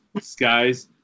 skies